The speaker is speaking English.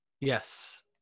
yes